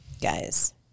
guys